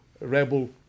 rebel